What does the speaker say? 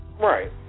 Right